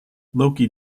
loki